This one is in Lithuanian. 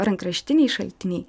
rankraštiniai šaltiniai